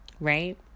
right